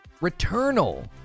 returnal